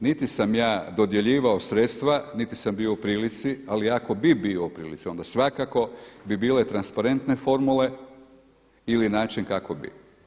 Niti sam ja dodjeljivao sredstva, niti sam bio u prilici ali ako bi bio u prilici onda svakako bi bile transparentne formule ili način kako bi.